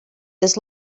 this